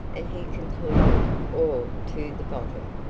and he concluded, or to the bottom.